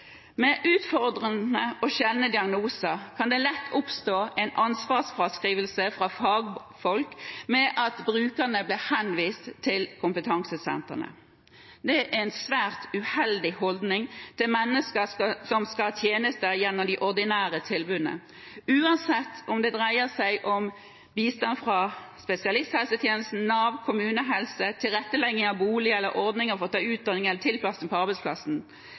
Med utfordrende og sjeldne diagnoser kan det lett oppstå en ansvarsfraskrivelse fra fagfolk ved at brukerne blir henvist til kompetansesentrene. Det er en svært uheldig holdning til mennesker som skal ha tjenester gjennom de ordinære tilbudene, uansett om det dreier seg om bistand fra spesialisthelsetjenesten, Nav, kommunehelse, tilrettelegging av bolig eller ordninger for å ta utdanning eller tilpassing på arbeidsplassen.